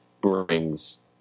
brings